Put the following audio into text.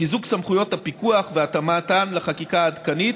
חיזוק סמכויות הפיקוח והתאמתן לחקיקה העדכנית,